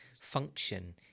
function